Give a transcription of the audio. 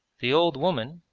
the old woman,